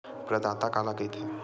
प्रदाता काला कइथे?